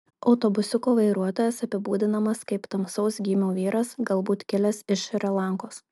autobusiuko vairuotojas apibūdinamas kaip tamsaus gymio vyras galbūt kilęs iš šri lankos